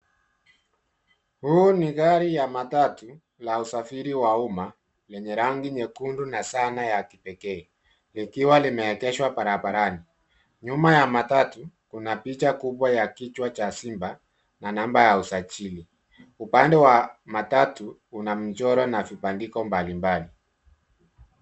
Huu ni gari ya matatu ya usafiri ya umma lenye rangi nyekundu na sanaa ya kipekee likiwa limegeshwa barabarani. Nyuma ya matatu kuna picha kubwa ya kichwa cha simba na namba ya usajili. Upande wa matatu kuna mchoro na vibandiko mbalimbali.